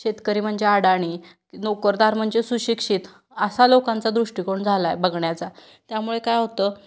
शेतकरी म्हणजे अडाणी नोकरदार म्हणजे सुशिक्षित असा लोकांचा दृष्टिकोन झाला आहे बघण्याचा त्यामुळे काय होतं